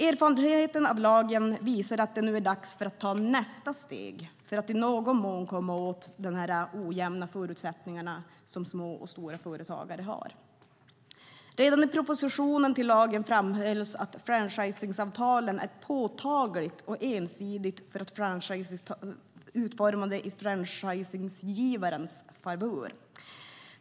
Erfarenheterna av lagen visar att det nu är det dags att ta nästa steg för att i någon mån komma till rätta med de olika förutsättningar som små och stora företag har. Redan i propositionen till lagen framhölls att franchiseavtalen är påtagligt ensidigt utformade i franchisegivarens favör.